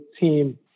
team